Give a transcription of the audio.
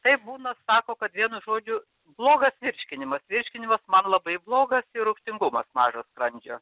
tai būna sako kad vienu žodžiu blogas virškinimas virškinimas man labai blogas rūgštingumas mažas skrandžio